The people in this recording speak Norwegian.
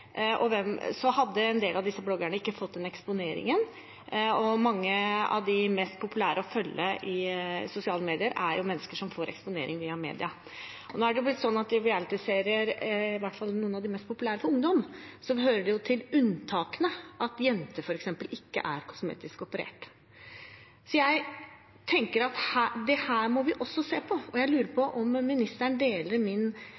hadde en del av disse bloggerne ikke fått en slik eksponering. Mange av de mest populære å følge i sosiale medier er mennesker som blir eksponert via media. Nå er det blitt slik at i realityserier – i hvert fall i noen av de mest populære for ungdom – hører det til unntakene at jenter f.eks. ikke er kosmetisk operert. Jeg tenker at vi også må se på dette, og jeg lurer på om ministeren deler min